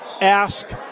ask